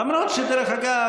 למרות שדרך אגב,